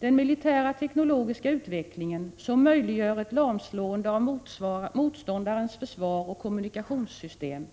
Den militära teknologiska utvecklingen, som möjliggör ett lamslående av motståndarens försvar och kommunikationssystem,